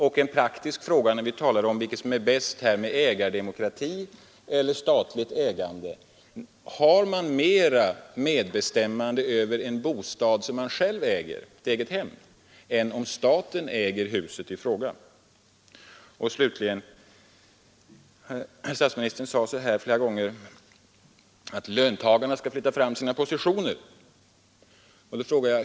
Och en praktisk fråga, när vi talar om vad som är bäst — ägardemokrati eller statligt ägande: Har man mera medbestämmande över en bostad som man själv äger — ett eget hem — än om staten äger huset i fråga? Slutligen: Statsministern sade flera gånger att löntagarna skall flytta fram sina positioner.